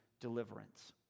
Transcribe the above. deliverance